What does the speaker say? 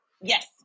Yes